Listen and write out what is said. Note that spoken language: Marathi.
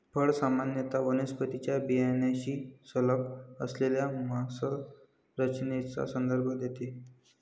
फळ सामान्यत वनस्पतीच्या बियाण्याशी संलग्न असलेल्या मांसल संरचनेचा संदर्भ देते